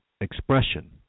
expression